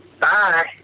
Bye